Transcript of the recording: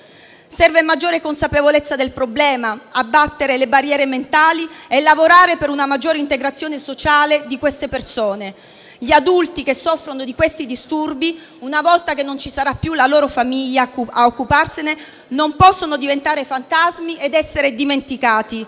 Serve maggiore consapevolezza del problema, abbattere le barriere mentali e lavorare per una maggiore integrazione sociale di queste persone. Gli adulti che soffrono di questi disturbi, una volta che non ci sarà più la loro famiglia a occuparsene, non possono diventare fantasmi ed essere dimenticati.